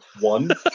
one